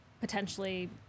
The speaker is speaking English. potentially